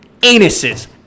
Anuses